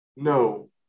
No